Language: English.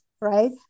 right